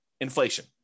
Inflation